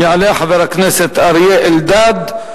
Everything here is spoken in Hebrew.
יעלה חבר הכנסת אריה אלדד,